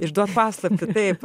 išduot paslaptį taip